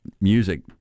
music